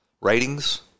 ratings